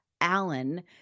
Allen